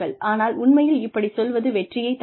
ஆனால் உண்மையில் இப்படிச் சொல்வது வெற்றியைத் தராது